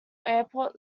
airport